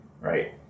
Right